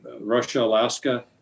Russia-Alaska